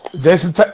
Jason